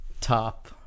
top